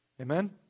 Amen